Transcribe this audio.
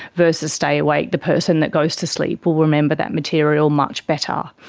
versus stay awake, the person that goes to sleep will remember that material much better.